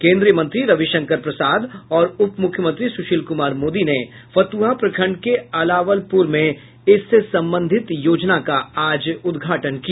केन्द्रीय मंत्री रविशंकर प्रसाद और उपमुख्यमंत्री सुशील कुमार मोदी ने फतुहा प्रखंड के अलावलपुर में आज इसका उद्घाटन किया